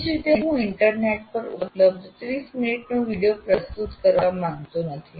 એ જ રીતે હું ઇન્ટરનેટ પર ઉપલબ્ધ 30 મિનિટનો વિડિઓ પ્રસ્તુત કરવા માંગતો નથી